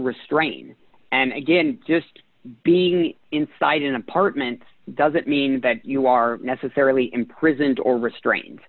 restraining and again just being inside an apartment doesn't mean that you are necessarily imprisoned or restrained